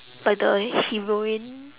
like the heroine